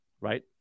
right